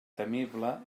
temible